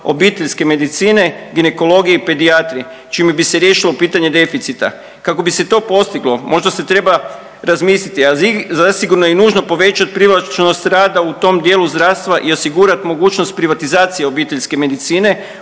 obiteljske medicine, ginekologije i pedijatrije, čime bi se riješilo pitanje deficita. Kako bi se to postiglo možda se treba razmisliti, a zasigurno je i nužno povećat privlačnost rada u tom dijelu zdravstva i osigurat mogućnost privatizacije obiteljske medicine